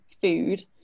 food